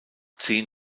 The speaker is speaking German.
zehn